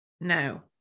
no